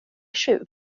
tjuv